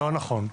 לא נכון.